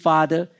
Father